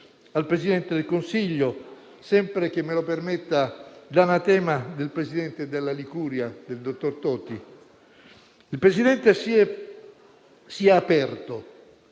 al Presidente del Consiglio, sempre che me lo permetta l'anatema del presidente della Liguria, dottor Toti. Il Presidente si è aperto